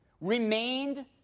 remained